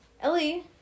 Ellie